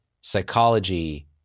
psychology